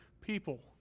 people